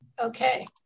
Okay